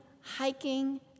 hiking